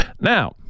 Now